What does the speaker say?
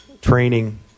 training